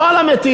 לא על המתים,